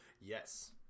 Yes